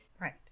Right